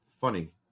funny